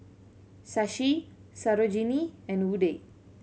Shashi Sarojini and Udai